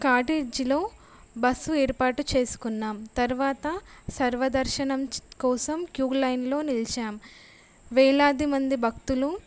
కాటేజిలో bus ఏర్పాటు చేసుకున్నాం తర్వాత సర్వదర్శనం కోసం క్యూ లైన్లో నిలిచాం వేలాది మంది భక్తులు